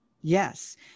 Yes